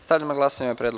Stavljam na glasanje